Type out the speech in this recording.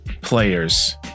players